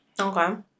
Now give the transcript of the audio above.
Okay